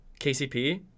KCP